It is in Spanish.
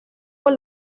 por